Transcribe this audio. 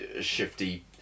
shifty